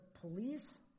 police